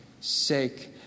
sake